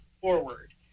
forward